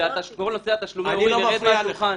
שכל נושא תשלומי הורים ירד מהשולחן.